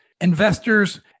investors